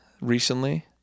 recently